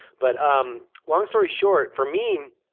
but um long story short, for me,